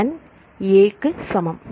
n க்கு சமம்